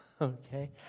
okay